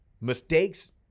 mistakes